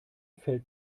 fällt